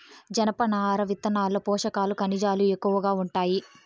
జనపనార విత్తనాల్లో పోషకాలు, ఖనిజాలు ఎక్కువగా ఉంటాయి